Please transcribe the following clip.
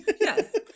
Yes